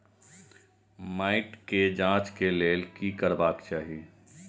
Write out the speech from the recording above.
मैट के जांच के लेल कि करबाक चाही?